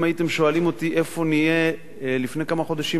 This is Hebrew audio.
אם הייתם שואלים אותי איפה נהיה לפני כמה חודשים,